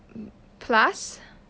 plus